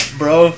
bro